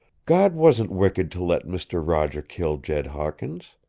god wasn't wicked to let mister roger kill jed hawkins.